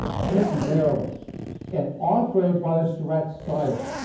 clinton, maryland and operated by the surratt society.